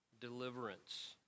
deliverance